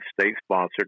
state-sponsored